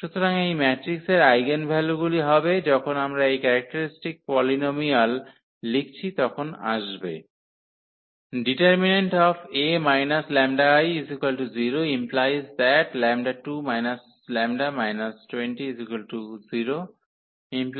সুতরাং এই ম্যাট্রিক্সের আইগেনভ্যালুগুলি হবে যখন আমরা এই ক্যারেক্টারিস্টিক পলিনোমিয়ালটি লিখছি তখন আসবে det 𝐴 − 𝜆𝐼 0 ⟹ 𝜆2 − 𝜆 − 20 0 ⟹ 𝜆 4𝜆 − 5 0 ⟹ 𝜆1 −4 𝜆2 5 আইগেন ভেক্টরগুলিঃ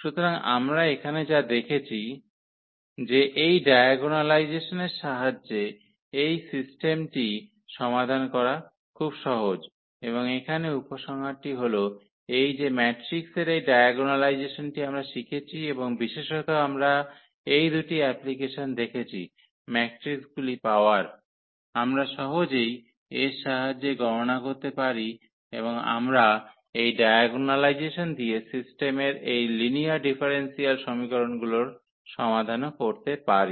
সুতরাং আমরা এখানে যা দেখেছি যে এই ডায়াগোনালাইজেসনের সাহায্যে এই সিস্টেমটি সমাধান করা খুব সহজ এবং এখানে উপসংহারটি হল এই যে ম্যাট্রিক্সের এই ডায়াগোনালাইজেসনটি আমরা শিখেছি এবং বিশেষত আমরা এই দুটি অ্যাপ্লিকেশন দেখেছি ম্যাট্রিকগুলির পাওয়ার আমরা সহজেই এর সাহায্যে গণনা করতে পারি এবং আমরা এই ডায়াগোনালাইজেসন দিয়ে সিস্টেমের এই লিনিয়ার ডিফারেনশিয়াল সমীকরণগুলোর সমাধানও করতে পারি